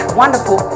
wonderful